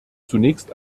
zunächst